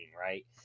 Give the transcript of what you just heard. right